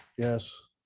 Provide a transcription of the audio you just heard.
Yes